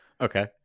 Okay